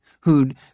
who'd